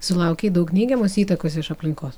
sulaukei daug neigiamos įtakos iš aplinkos